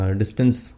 distance